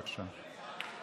בבקשה.